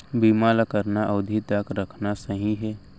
बीमा ल कतना अवधि तक रखना सही हे?